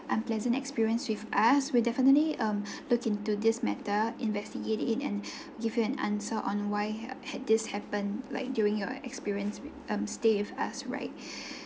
unpleasant experience with us we'll definitely um look into this matter investigate it and give you an answer on why have had this happened like during your experience with um stay with us right